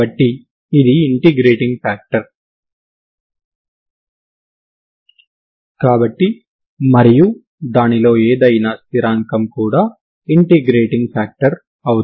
కాబట్టి నెగెటివ్ వైపున కూడా మీరు ఆ ఫంక్షన్ యొక్క విలువలను తీసుకోవాలి